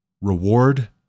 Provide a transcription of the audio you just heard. reward